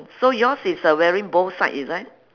so yours is uh wearing both side is it